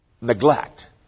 neglect